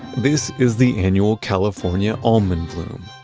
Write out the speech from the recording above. this is the annual california almond bloom,